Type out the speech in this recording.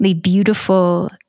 beautiful